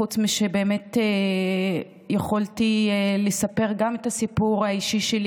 חוץ מזה שבאמת יכולתי לספר גם את הסיפור האישי שלי.